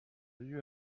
you